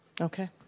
Okay